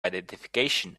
identification